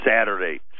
saturday